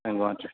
তেওঁ গুৱাহাটীৰ